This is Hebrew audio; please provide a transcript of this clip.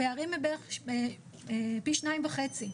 הפערים הם בערך פי שניים וחצי.